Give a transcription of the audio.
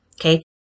Okay